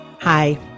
hi